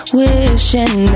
wishing